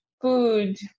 food